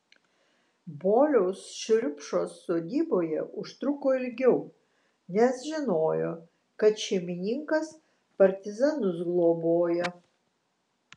boliaus šriupšos sodyboje užtruko ilgiau nes žinojo kad šeimininkas partizanus globoja